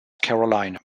carolina